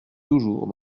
toujours